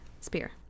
Spear